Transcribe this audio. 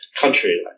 country